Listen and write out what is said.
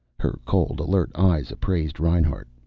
her cold, alert eyes appraised reinhart.